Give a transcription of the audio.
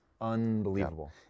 unbelievable